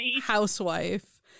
Housewife